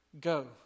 Go